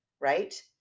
right